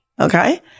okay